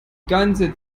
ganze